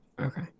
Okay